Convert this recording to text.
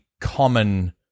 common